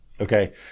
Okay